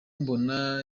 mbona